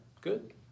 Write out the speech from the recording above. good